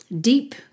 deep